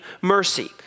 mercy